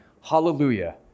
Hallelujah